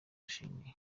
wishimye